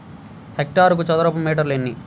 హెక్టారుకు చదరపు మీటర్లు ఎన్ని?